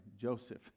Joseph